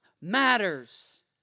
matters